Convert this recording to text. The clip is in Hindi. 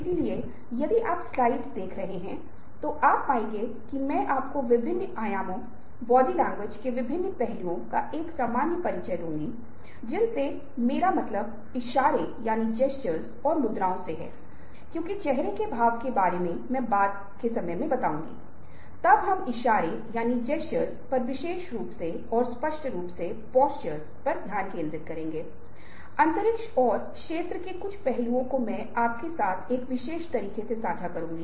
इससे पहले आप प्रेरणा और विशेष रूप से आत्म प्रेरणा पूरी कर चुके हैं और स्वयं प्रेरणा के बाद दूसरों को प्रेरित करना एक बहुत ही महत्वपूर्ण घटक बन जाता है जो हमें सीखना चाहिए